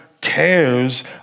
cares